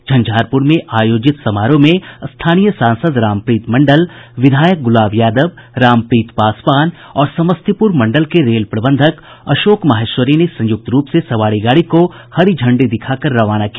झंझारपुर में आयोजित समारोह में स्थानीय सांसद रामप्रीत मंडल विधायक गुलाब यादव रामप्रीत पासवान और समस्तीपुर मंडल के रेल प्रबंधक अशोक माहेश्वरी ने संयुक्त रूप से सवारी गाड़ी को हरी झंडी दिखाकर रवाना किया